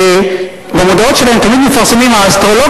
שבמודעות שלהם תמיד מפרסמים: האסטרולוג